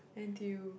n_t_u